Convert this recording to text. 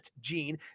gene